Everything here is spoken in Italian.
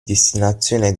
destinazione